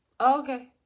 okay